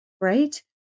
right